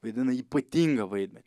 vaidina ypatingą vaidmenį